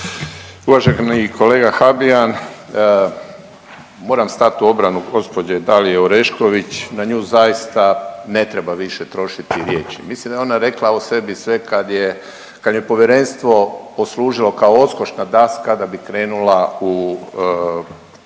Uvaženi kolega Habijan. Moram stat u obranu gospođe Dalije Orešković na nju zaista ne treba više trošiti riječi. Mislim da je ona rekla o sebi sve kad je povjerenstvo odslužilo kao odskočna daska da bi krenula u visoku